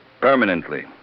Permanently